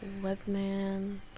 Webman